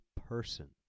person